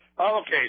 Okay